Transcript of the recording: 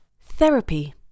Therapy